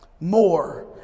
more